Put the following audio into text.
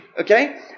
Okay